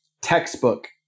textbook